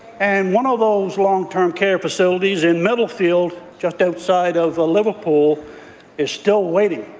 and one of those long-term care facilities in middlefield just outside of ah liverpool is still waiting,